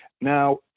Now